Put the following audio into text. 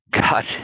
God